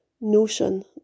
notion